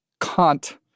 Kant